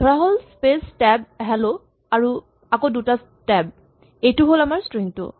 ধৰাহ'ল space tab hello আৰু আকৌ দুটা টেব এইটো হ'ল আমাৰ স্ট্ৰিং টো